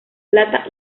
plata